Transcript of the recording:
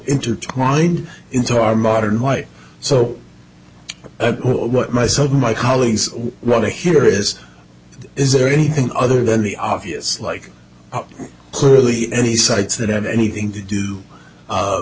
intertwined into our modern life so what myself my colleagues want to hear is is there anything other than the obvious like clearly any sites that have anything to do